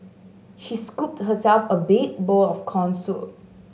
she scooped herself a big bowl of corn soup